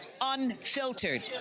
unfiltered